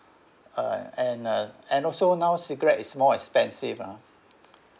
uh and uh and also now cigarette is more expensive ah